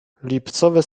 lipcowe